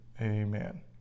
amen